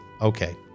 Okay